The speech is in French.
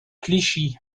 clichy